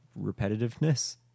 repetitiveness